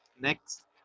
Next